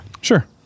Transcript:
Sure